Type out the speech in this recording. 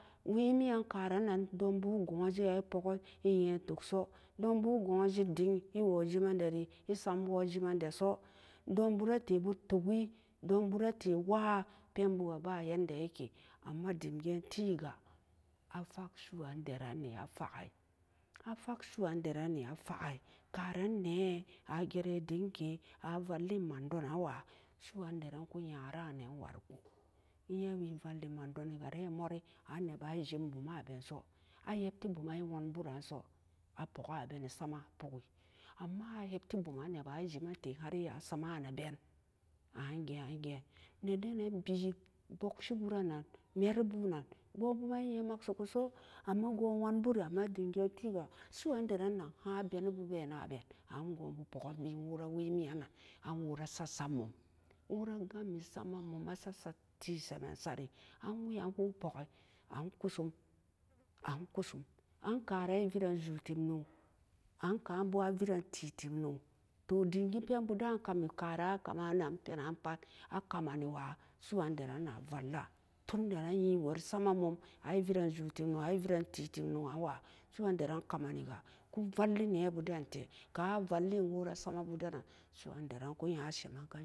Wee mian karan egun jee an e pok e yen tok so dun bu gonje tu deg e wo jemen dari e sam wo jemen dat so dun bu re te bo tuki dun bu re tee bo wa'a pen bu ga ba yinda yeki amma dem ge tee ga a fak su'uandarani a faki karan nee a jeran den ke a valle man do nan wa su'uandaran ku nyara ne wariko e yen wee valle man do ne ga be ori a neban jem bu ma ben so a yepte bo man wa'anbo ran so a poka b sama a puki amma a yepti buma n ban ne bane je me tee harma samana ben an gen an gen ne den ne ben bog se bu renam meri bu nan kgu buma e yen makseku so amma gu'an wanburi a ma dem gee te ga su'andaran nak an beni bu ba nen ben a gubu poken ben wora wee minyan nan a wora sat sa mum, wora gan mi samamum a sat sat mum wora gam mi sama mum a sat sat tee semen sare an wee yan wo poki an kusum an kusum an ka ran e vere ju-tim noo an ka'bo a vere tee tim no'o toh dem gee peen budan kami karan a kame nan penan pat a kame ni wa su'u andaran na valla ton nneran yee go'o e sama mum e yee go'o e non vereen ju-tim no'o an e veree tee tim no'o an wa su'uandaran kameniga ku valle nee bu dentee kan a valle wo ra sa ma bu den nan su'uandaran ku nyara semen.